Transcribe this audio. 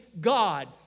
God